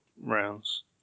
rounds